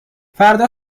فردا